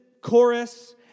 chorus